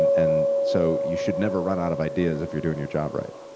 and so you should never run out of ideas if you're doing your job right.